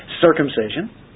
circumcision